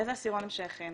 לאיזה עשירון הם שייכים?